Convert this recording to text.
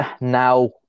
now